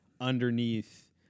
underneath